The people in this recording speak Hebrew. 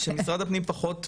אז זהן שמשרד הפנים פחות פוסל,